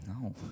No